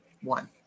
one